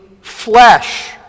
flesh